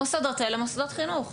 המוסדות האלה מוסדות חינוך,